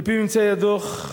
על-פי ממצאי הדוח,